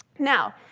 now,